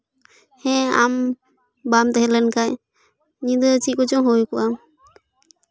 ᱦᱮᱸ ᱟᱢ ᱵᱟᱢ ᱛᱮᱦᱮᱸ ᱞᱮᱱᱠᱷᱟᱱ ᱧᱤᱫᱟᱹ ᱪᱮᱫ ᱠᱚᱪᱚᱝ ᱦᱩᱭ ᱠᱚᱜᱼᱟ